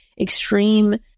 extreme